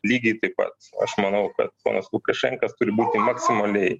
lygiai taip pat aš manau kad ponas lukašenka turi būti maksimaliai